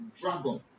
dragon